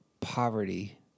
poverty